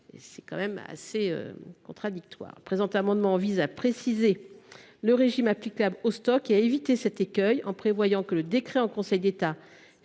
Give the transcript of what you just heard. est pour le moins contradictoire. Le présent amendement vise à préciser le régime applicable aux stocks et à éviter cet écueil en prévoyant que le décret en Conseil d’État